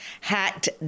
hacked